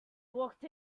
walked